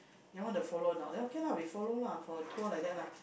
you all want to follow not then okay lah we follow lah for a tour like that lah